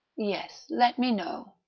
yes, let me know,